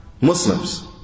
Muslims